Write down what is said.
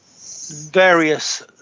various